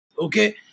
Okay